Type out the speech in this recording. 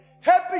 happy